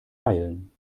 feilen